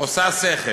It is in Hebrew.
עושה שכל.